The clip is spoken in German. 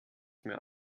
mehr